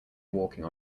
walking